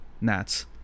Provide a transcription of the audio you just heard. Nats